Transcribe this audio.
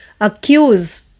accuse